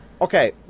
Okay